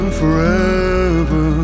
forever